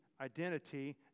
identity